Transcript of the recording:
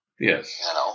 Yes